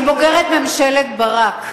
אני בוגרת ממשלת ברק.